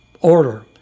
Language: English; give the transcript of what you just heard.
order